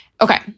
Okay